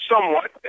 Somewhat